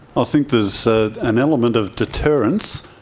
i think there's ah an element of deterrence,